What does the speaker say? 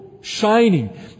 shining